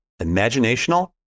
imaginational